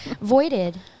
Voided